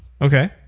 Okay